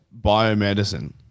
biomedicine